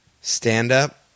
stand-up